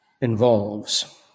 involves